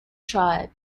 tribe